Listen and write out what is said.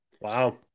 Wow